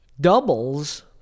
doubles